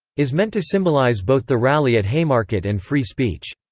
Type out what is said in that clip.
is meant to symbolize both the rally at haymarket and free speech.